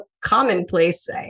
commonplace